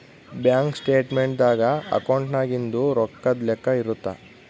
bank statement ದಾಗ ಅಕೌಂಟ್ನಾಗಿಂದು ರೊಕ್ಕದ್ ಲೆಕ್ಕ ಇರುತ್ತ